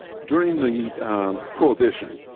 during the prohibition,